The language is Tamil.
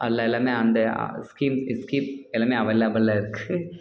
அதில் எல்லாமே அந்த ஸ்கீம் இ ஸ்கீப் எல்லாமே அவைலபுள் இருக்குது